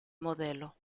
modelo